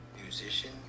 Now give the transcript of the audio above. musician